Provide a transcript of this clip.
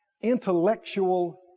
intellectual